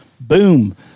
boom